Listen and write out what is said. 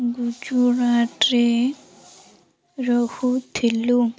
ଗୁଜୁରାଟରେ ରହୁଥିଲୁ